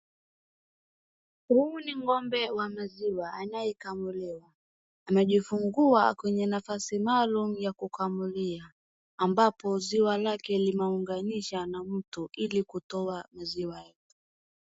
Huyu ni ng'ombe wa maziwa anayekamuliwa anajifungua kwenye nafasi maaalum ya kukamulia ambapo ziwa lake limeunganisha na mto ili kutoa maziwa.